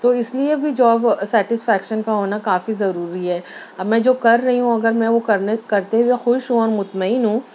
تو اس لیے بھی جاب سیٹسفیکشن کا ہونا کافی ضروری ہے اب میں جو کر رہی ہوں اگر میں کرنے کرتے ہوئے خوش ہوں اور مطمئن ہوں